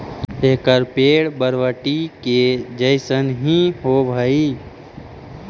एकर पेड़ बरबटी के जईसन हीं होब हई